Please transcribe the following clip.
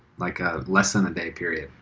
like a less than a day period.